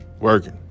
working